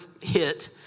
hit